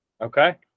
Okay